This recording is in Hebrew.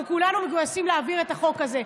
אנחנו כולנו מגויסים להעביר את החוק הזה,